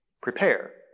prepare